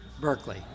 Berkeley